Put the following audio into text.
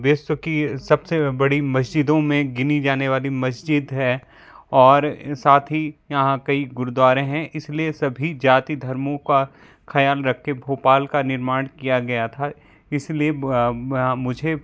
विश्व की सबसे बड़ी मस्जिदों में गिनी जाने वाली मस्जिद है और साथ ही यहाँ कई गुरुद्वारें हैं इसलिए सभी जाति धर्मो का खयाल रख के भोपाल का निर्माण किया गया था इसलिए मुझे